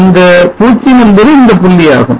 அந்த 0 என்பது இந்த புள்ளியாகும்